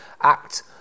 act